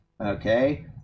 okay